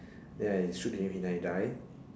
then I shoot him then he die